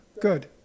good